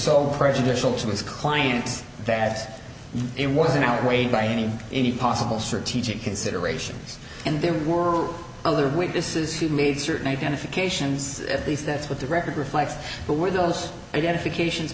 so prejudicial to his client that it was an outweighed by any any possible search teaching considerations and there were other witnesses who made certain identifications at least that's what the record reflects but were those identifications